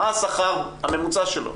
מה השכר הממוצע שלו?